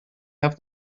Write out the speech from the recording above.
have